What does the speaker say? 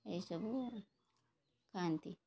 ଏହିସବୁ ଖାଆନ୍ତି